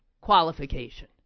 qualification